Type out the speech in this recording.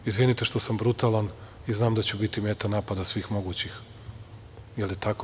Izvinite što sam brutalan i znam da ću biti meta napada svih mogućih, da li je tako?